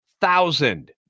thousand